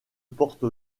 porte